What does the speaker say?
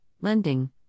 lending